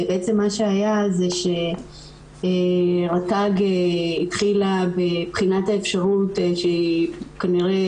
בעצם מה שהיה זה שרט"ג התחילה בבחינת האפשרות שהיא כנראה